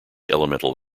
elemental